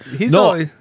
No